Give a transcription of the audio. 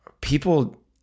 people